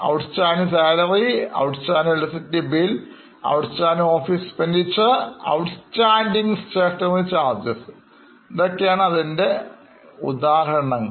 outstanding salaries outstanding electricity bills outstanding office expenses outstanding stationary charges എന്നിവയാണ് ഉദാഹരണങ്ങൾ